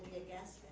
against